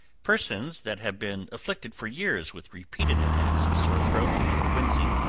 persons that have been afflicted for years with repeated attacks of sore throat and quinsy,